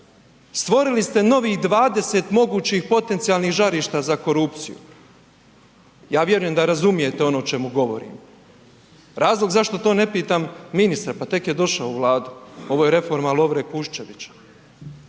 Stvorili ste novih 20 mogućih potencijalnih žarišta za korupciju. Ja vjerujem da razumijete ono o čemu govorim. Razlog zašto to ne pitam ministra, pa tek je došao u Vladu, ovo je reforma Lovre Kuščevića.